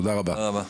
תודה רבה.